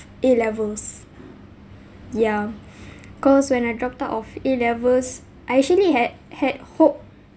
a levels yeah cause when I dropped out of a levels I actually had had hope